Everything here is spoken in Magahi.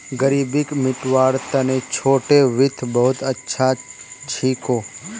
ग़रीबीक मितव्वार तने छोटो वित्त बहुत अच्छा छिको